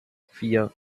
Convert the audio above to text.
vier